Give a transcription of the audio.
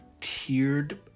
tiered